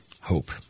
hope